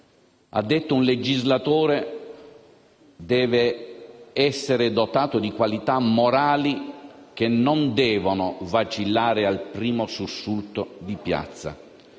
ha detto che un legislatore deve essere dotato di qualità morali che non devono vacillare al primo sussulto di piazza;